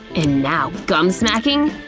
and now gum-smacking?